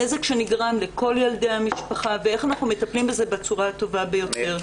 הנזק שנגרם לכל ילדי המשפחה ואיך אנחנו מטפלים בזה בצורה הטובה ביותר.